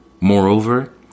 Moreover